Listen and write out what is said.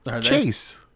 Chase